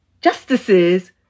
justices